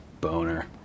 Boner